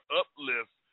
uplift